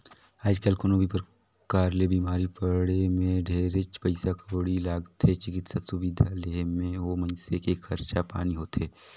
आयज कायल कोनो भी परकार ले बिमारी पड़े मे ढेरेच पइसा कउड़ी लागथे, चिकित्सा सुबिधा लेहे मे ओ मइनसे के खरचा पानी होथे